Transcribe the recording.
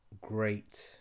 great